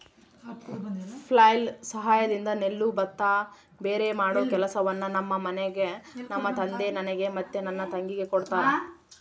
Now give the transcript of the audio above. flail ಸಹಾಯದಿಂದ ನೆಲ್ಲು ಭತ್ತ ಭೇರೆಮಾಡೊ ಕೆಲಸವನ್ನ ನಮ್ಮ ಮನೆಗ ನಮ್ಮ ತಂದೆ ನನಗೆ ಮತ್ತೆ ನನ್ನ ತಂಗಿಗೆ ಕೊಡ್ತಾರಾ